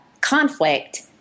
conflict